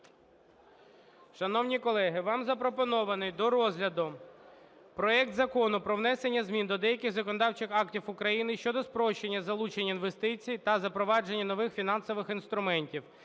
Шановні колеги, вам запропонований до розгляду проект Закону про внесення змін до деяких законодавчих актів України щодо спрощення залучення інвестицій та запровадження нових фінансових інструментів